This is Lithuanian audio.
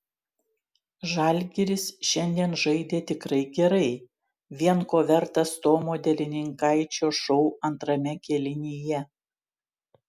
žalgiris šiandien žaidė tikrai gerai vien ko vertas tomo delininkaičio šou antrame kėlinyje